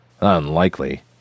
Unlikely